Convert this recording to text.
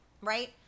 Right